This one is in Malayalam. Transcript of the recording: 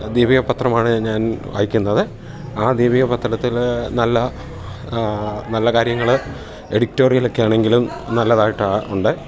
ദിവ്യ പത്രമാണ് ഞാൻ വായിക്കുന്നത് ആ ദിവ്യ പത്രത്തിൽ നല്ല നല്ല കാര്യങ്ങൾ എഡിറ്റോറിയലൊക്കെയാണെങ്കിലും നല്ലതായിട്ടുണ്ട്